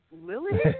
Lily